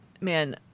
man